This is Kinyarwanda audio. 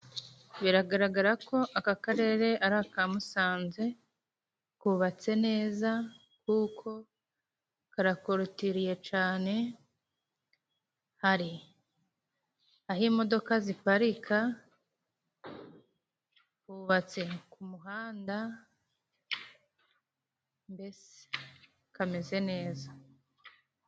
Biragaragara ko aka karere ari aka Musanze kubatse neza, kuko karakorotiriye cane, hari aho imodoka ziparika, kubatse ku muhanda mbese kameze neza.